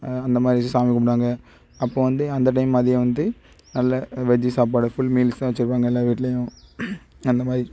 அந்த மாதிரி வச்சி சாமி கும்பிடுவாங்க அப்போது வந்து அந்த டைம் மதியம் வந்து நல்ல வெஜ்ஜு சாப்பாடு ஃபுல் மீல்ஸ் தான் வச்சிருப்பாங்க எல்லார் வீட்டிலயும் அந்த மாதிரி